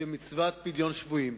את מצוות פדיון שבויים.